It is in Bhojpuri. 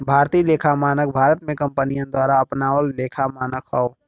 भारतीय लेखा मानक भारत में कंपनियन द्वारा अपनावल लेखा मानक हौ